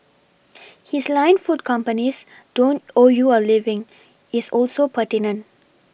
his line food companies don't owe you a living is also pertinent